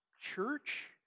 church